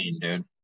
dude